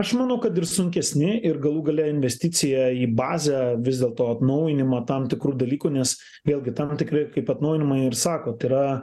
aš manau kad ir sunkesni ir galų gale investicija į bazę vis dėlto atnaujinimą tam tikrų dalykų nes vėlgi tam tikri kaip atnaujinimai ir sako tai yra